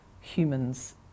humans